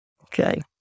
okay